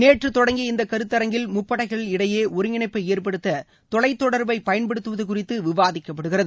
நேற்று தொடங்கிய இந்த கருத்தரங்கில் முப்படைகள் இடையே ஒருங்கிணைப்பை ஏற்படுத்த தொலைத்தொடர்பை பயன்படுத்துவது குறித்து விவாதிக்கப்படுகிறது